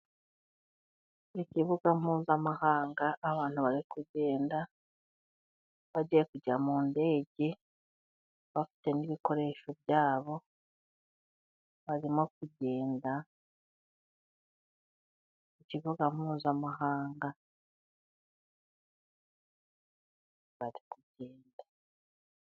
Ikibuga mpuzamahanga abantu bari kugenda bagiye kujya mu ndege bafite n'ibikoresho byabo barimo kugenda ku kibuga mpuzamahanga bari kugenda.